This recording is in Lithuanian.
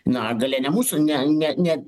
na galia ne mūsų ne ne ne